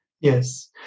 Yes